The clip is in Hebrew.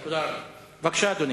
בבקשה, אדוני.